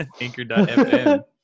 anchor.fm